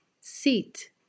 seat